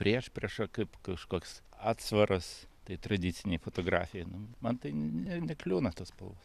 priešprieša kaip kažkoks atsvaras tai tradicinei fotografijai nu man tai ne nekliūna tos spalvos